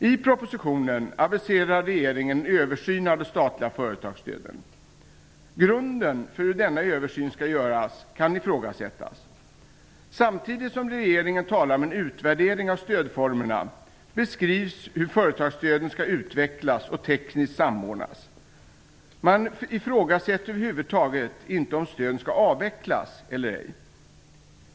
I propositionen aviserar regeringen en översyn av de statliga företagsstöden. Grunden för hur denna översyn skall göras kan ifrågasättas. Samtidigt som regeringen talar om en utvärdering av stödformerna beskrivs hur företagsstöden skall utvecklas och tekniskt samordnas. Man ifrågasätter över huvud taget inte om stöden skall avvecklas eller ej.